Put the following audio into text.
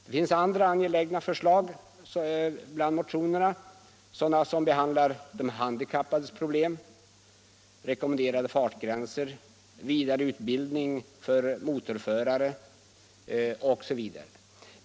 Det finns andra angelägna förslag bland motionerna — sådana som behandlar de handikappades problem, rekommenderade fartgränser, vidareutbildning för motorförare osv.